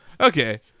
Okay